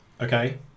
okay